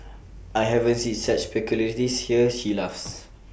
I haven't seen such peculiarities here she laughs